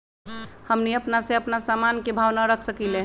हमनी अपना से अपना सामन के भाव न रख सकींले?